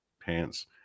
pants